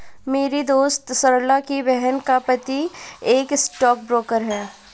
मेरी दोस्त सरला की बहन का पति एक स्टॉक ब्रोकर है